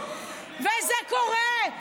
וזה קורה.